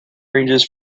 ranges